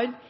at